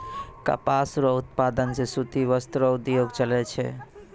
कपास रो उप्तादन से सूती वस्त्र रो उद्योग चलै छै